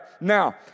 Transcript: Now